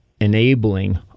enabling